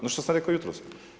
Ono što sam rekao jutros.